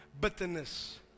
Bitterness